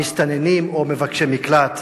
המסתננים, או מבקשי מקלט,